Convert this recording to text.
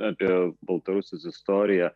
apie baltarusijos istoriją